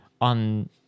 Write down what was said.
on